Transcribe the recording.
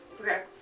Okay